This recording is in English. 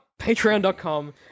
patreon.com